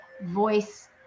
voice